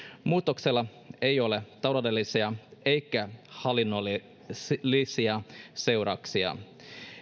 muutoksella ei ole taloudellisia eikä hallinnollisia seurauksia